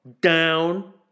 down